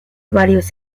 varios